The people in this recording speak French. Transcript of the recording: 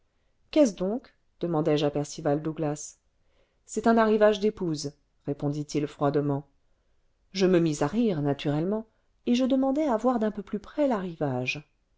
qu'est-ce donc demandai-je à percival douglas c'est un arrivage d'épouses répondit-il froidement ce je me mis à rire naturellement et je demandai à voir d'un peu plus près l'arrivage